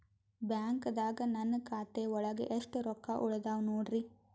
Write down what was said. ಬ್ಯಾಂಕ್ದಾಗ ನನ್ ಖಾತೆ ಒಳಗೆ ಎಷ್ಟ್ ರೊಕ್ಕ ಉಳದಾವ ನೋಡ್ರಿ?